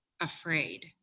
afraid